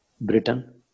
Britain